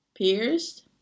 pierced